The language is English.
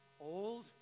old